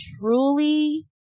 truly